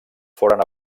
foren